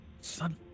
son